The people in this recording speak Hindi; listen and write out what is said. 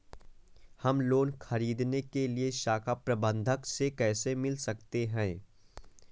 हम लोन ख़रीदने के लिए शाखा प्रबंधक से कैसे मिल सकते हैं?